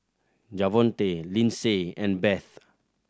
Javonte Lyndsey and Beth